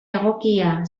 egokia